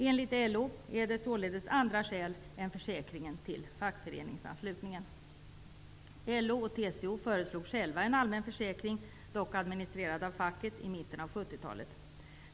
Enligt LO är det då andra skäl än försäkringen som ligger till grund för fackföreningsanslutningen. LO och TCO föreslog själva en allmän försäkring, dock administrerad av facket, under mitten av 70-talet.